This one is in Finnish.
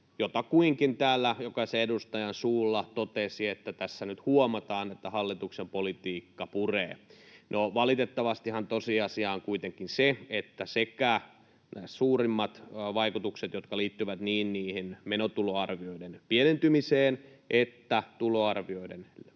jotakuinkin täällä jokaisen edustajan suulla totesi, että tässä nyt huomataan, että hallituksen politiikka puree. No, valitettavastihan tosiasia on kuitenkin se, että niistä suurimmista vaikutuksista, jotka liittyvät niin meno-tuloarvioiden pienentymiseen kuin tuloarvioiden kasvamiseen,